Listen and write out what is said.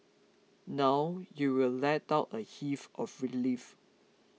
now you will let out a heave of relief